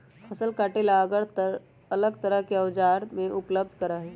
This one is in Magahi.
फसल काटे ला अलग तरह के औजार बाजार में उपलब्ध रहा हई